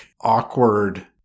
awkward